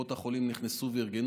שבו קופות החולים נכנסו וארגנו,